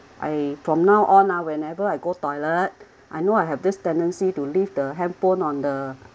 I from now on ah whenever I go toilet I know I have this tendency to leave the handphone on the